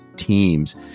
Teams